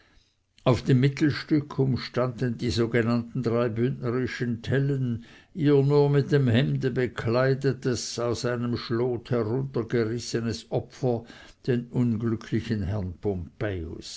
auf dem mittelstück umstanden die sogenannten drei bündnerischen telle ihr nur mit dem hemde bekleidetes aus einem schlot heruntergerissenes opfer den unglücklichen herrn